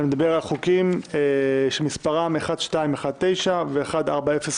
אני מדבר על הצעות חוק שמספרן 1219 ו-1405.